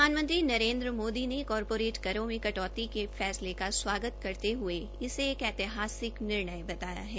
प्रधानमंत्री नरेन्द्र मोदी ने कारपोरेट करों में में कटौती के फैसले का स्वागत करते हये इसे ऐतिहासिक निर्णय बताया है